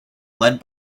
led